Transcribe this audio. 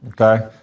Okay